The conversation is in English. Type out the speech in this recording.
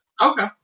Okay